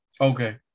Okay